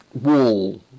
wall